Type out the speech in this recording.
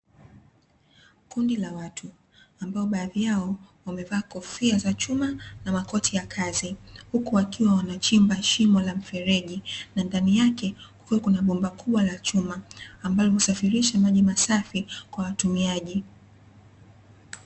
Kundi la watu ambao baadhi yao wamevaa kofia za chuma na makoti ya kazi, huku wakiwa wanachimba shimo la mfereji, na ndani yake kukiwa kuna bomba kubwa la chuma, ambalo husafirisha maji masafi kwa kwa watumiaji.